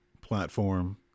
platform